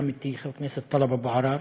עמיתי חבר הכנסת טלב אבו עראר,